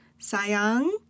Sayang